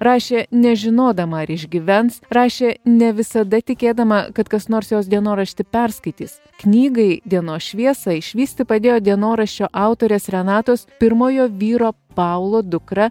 rašė nežinodama ar išgyvens rašė ne visada tikėdama kad kas nors jos dienoraštį perskaitys knygai dienos šviesą išvysti padėjo dienoraščio autorės renatos pirmojo vyro paulo dukra